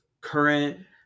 current